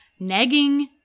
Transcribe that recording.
negging